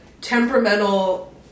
temperamental